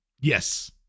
Yes